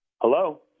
Hello